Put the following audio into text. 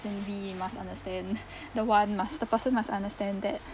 then we must understand the one must the person must understand that